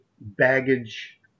baggage